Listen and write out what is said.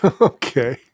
Okay